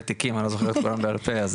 תיקים שאני גם לא זוכר את כולם בעל פה.